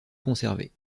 conservés